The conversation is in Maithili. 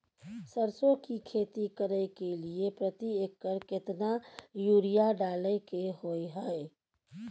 सरसो की खेती करे के लिये प्रति एकर केतना यूरिया डालय के होय हय?